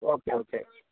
okay okay